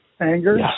anger